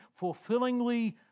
fulfillingly